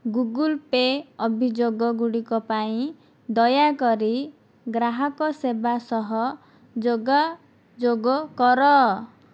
Google Pay ଅଭିଯୋଗ ଗୁଡ଼ିକ ପାଇଁ ଦୟାକରି ଗ୍ରାହକ ସେବା ସହ ଯୋଗାଯୋଗ କର